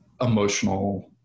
emotional